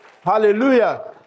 hallelujah